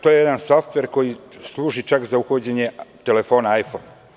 To je jedan softver koji služi čak za uhođenje telefona „Ajfon“